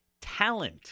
talent